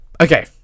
Okay